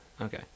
Okay